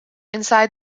inside